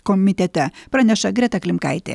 komitete praneša greta klimkaitė